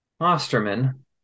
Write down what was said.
Osterman